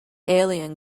alien